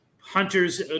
hunters